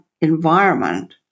environment